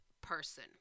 person